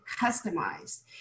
customized